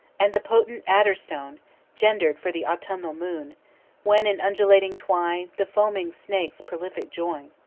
and the potent adder-stone gender'd fore the autumnal moon when in undulating twine the foaming snakes prolific join.